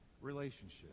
relationship